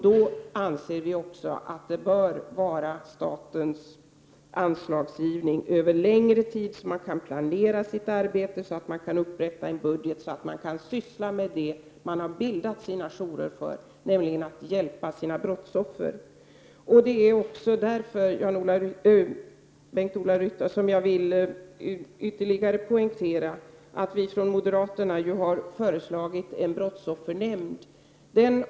Då anser vi också att den bör vara föremål för statens anslagsgivning över längre tid, så att man kan planera sitt arbete, upprätta en budget och syssla med det man har bildat sina jourer för, nämligen att hjälpa brottsoffer. Det är också därför, Bengt Ola Ryttar, som jag ytterligare vill poängtera att vi moderater har föreslagit en brottsoffernämnd.